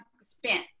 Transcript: spent